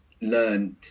learned